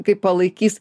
kaip palaikys